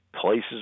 places